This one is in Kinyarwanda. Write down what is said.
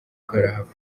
karahava